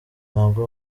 ntabwo